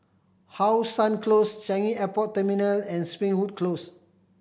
How Sun Close Changi Airport Terminal and Springwood Close